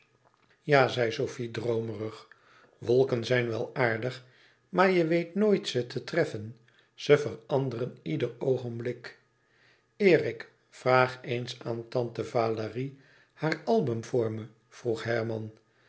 ja zei sofie droomerig wolken zijn wel aardig maar je weet nooit ze te treffen ze veranderen ieder oogenblik erik vraag eens aan tante valérie haar album voor me vroeg herman